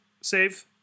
save